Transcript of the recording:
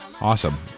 Awesome